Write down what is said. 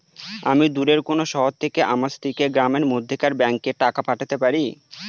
আমি দূরের কোনো শহর থেকে আমার স্ত্রীকে গ্রামের মধ্যেকার ব্যাংকে টাকা পাঠাতে পারি?